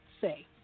say